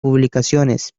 publicaciones